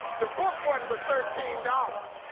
the book wasn't but thirteen dollars.